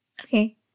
Okay